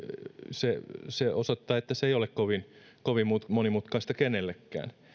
se se osoittaa että se ei ole kovin kovin monimutkaista kenellekään